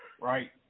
right